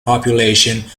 population